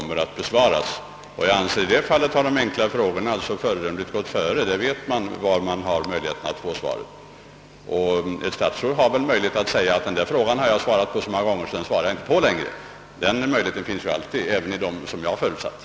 I det fallet har tillvägagångssättet när det gäller de enkla frågorna gått föredömligt före; man vet därvidlag vilka möjligheter som föreligger för att få ett svar. Ett statsråd har också möjlighet att säga: Denna fråga har jag svarat på så många gånger förut att jag inte mera vill ta upp den.